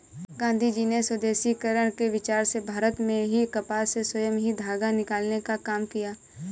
गाँधीजी ने स्वदेशीकरण के विचार से भारत में ही कपास से स्वयं ही धागा निकालने का काम किया